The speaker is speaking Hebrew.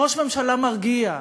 ראש ממשלה מרגיע,